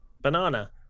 banana